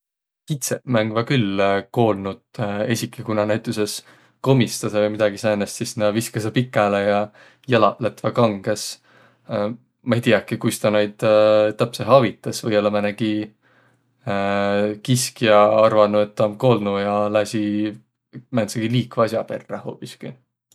Kitsõq mängväq külh koolnut. Esiki ku nä komistasõq vai midägi säänest, sis nä viskasõq pikäle ja jalaq lätväq kangõs. Ma ei tiiäki, kuis taa naid täpsehe avitas. Või-ollaq määnegi kiskja arvanuq, et tä om koolnuq ja lääsiq määntegi liikva as'a perrä hoobiski.